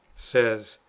says,